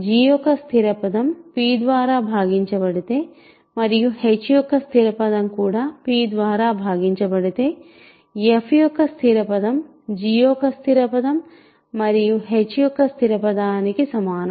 g యొక్క స్థిర పదం p ద్వారా భాగించబడితే మరియు h యొక్క స్థిర పదం కూడా p ద్వారా భాగించబడితే f యొక్క స్థిర పదం g యొక్క స్థిర పదం మరియు h యొక్క స్థిర పదానికి సమానం